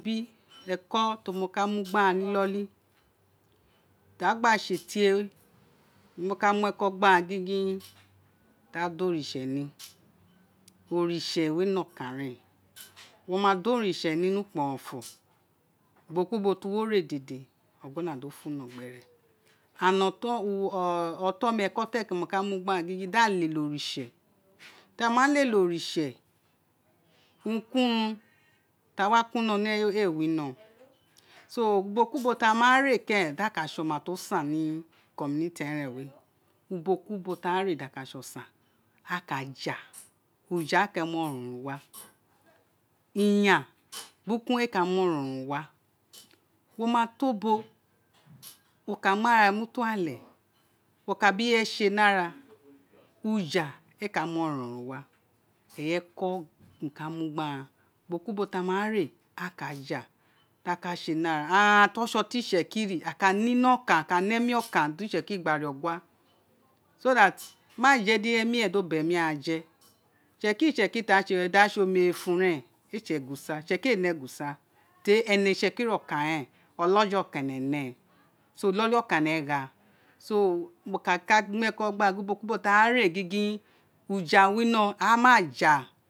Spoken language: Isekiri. Bi ẹkọ té mi ka mu gbe aghan ni inoli ti eghan gba sé tié wo ka mu eko gba ghan gingin di ghan da oritse ni oritse we nokan ren wo ma da oritse ni ukpé ọrọnfọ ubo ki ubo ti wo ré ọgọna do fon no gbere and ọtọn mi eko keren ti mo ka mu gbe mo ká gin gba ghan gingin di aghan lélé oritse a wa lélé oritse urun ki urun ta wa kuno ni eyé wé éè wino so ubo ki ubo ta ma ré keren di aghan ka sé oma to san ni community eren wé ubo ki ubo ti a ghan ma né di a ka sé osan a ka ja uja éè ka mu oronron urun wa iyan bukun éè ka mu orọn rọn urun wa wo ma to bo wo ka mu ara re mu to ede wo ka bi irẹyé sé ni ara uja éè ka mu oron urun wa eyi eko ti émi ka mu gbe aghan ubo ki ubo ti wo ma ré a ka ja di aghan ka sé ni ara aghan ti osé ọtọn isẹkiri aka nẹ ino ka aka ne emi okan di itsekiri gba némi ré ọgua so that ma jẹdi ẹmi muren do be mi ghan je itsekiri itsekiri ti ghan wé di aghan sé oméré ifun re e sé egusa itsekiri éè ne egusa teri ene itsekiri okan ren olaaja okan ene ne so inoli okan owun éne tha so ká kà mu eko gbe aghana gin ubo kí ubo ti aghan ma ré gingin ija wino ama ja